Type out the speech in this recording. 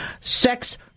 sex